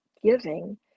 giving